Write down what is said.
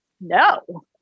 no